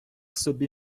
собі